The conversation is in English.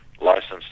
licensed